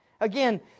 Again